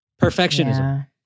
perfectionism